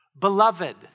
Beloved